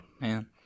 Man